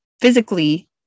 physically